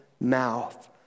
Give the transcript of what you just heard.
mouth